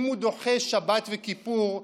אם הוא דוחה שבת וכיפור,